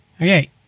Okay